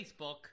Facebook